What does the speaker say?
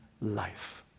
life